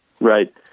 right